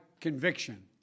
conviction